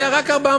היו רק 400,